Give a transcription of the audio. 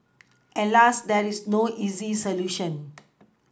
Alas there is no easy solution